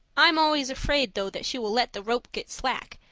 i'm always afraid, though, that she will let the rope get slack,